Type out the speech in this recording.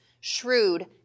shrewd